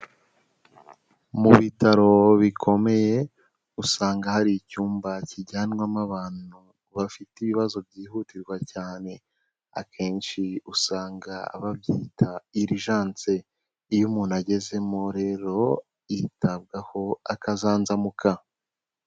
Mu bitaro bikomeye usanga hari icyumba kijyanwamo abantu bafite ibibazo byihutirwa cyane akenshi usanga babyita irijanse. Iyo umuntu agezemo rero yitabwaho akazanzamuka.